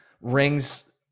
rings